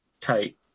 tight